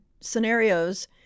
scenarios